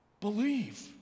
believe